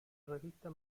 revista